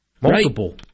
Multiple